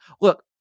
look